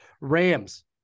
Rams